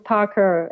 Parker